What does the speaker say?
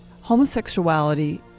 homosexuality